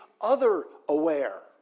other-aware